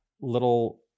little